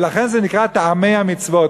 ולכן זה נקרא "טעמי המצוות".